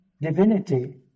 divinity